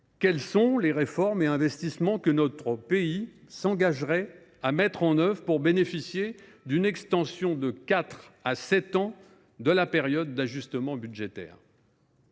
Quels sont les réformes et les investissements que notre pays s’engagerait à mettre en œuvre pour bénéficier d’une extension de quatre ans à sept ans de la période d’ajustement budgétaire ?